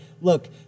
Look